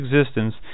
existence